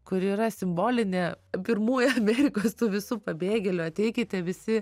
kur yra simbolinė pirmųjų amerikos tų visų pabėgėlių ateikite visi